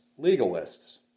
legalists